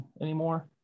anymore